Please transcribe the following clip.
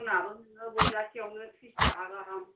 बनआबो नोङो बजासेआवनो थ्रिसथाखा गाहाम